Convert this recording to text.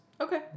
Okay